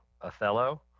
Othello